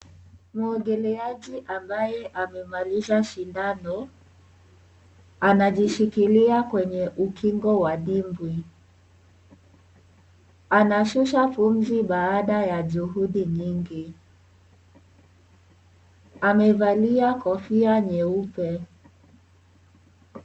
Mwogeleaji ambaye amemaliza shindano anajishikilia kwenye ukingo wa dimbwi. Anashusha pumzi baada ya juhudi nyingi. Amevalia kofia nyeupe.